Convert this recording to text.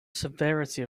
severity